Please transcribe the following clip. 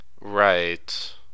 Right